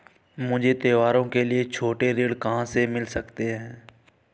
मुझे त्योहारों के लिए छोटे ऋण कहाँ से मिल सकते हैं?